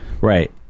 Right